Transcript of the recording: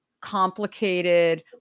complicated